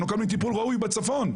הם לא מקבלים טיפול ראוי בצפון,